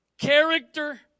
character